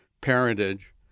parentage